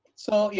so, yeah